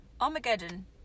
Armageddon